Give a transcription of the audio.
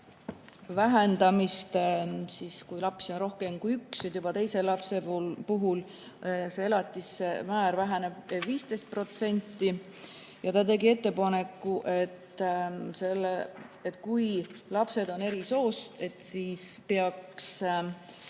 vähendamist siis, kui lapsi on rohkem kui üks. Juba teise lapse puhul tema elatismäär väheneb 15%. Ta tegi ettepaneku, et kui lapsed on eri soost, siis seda